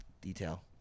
detail